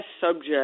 subject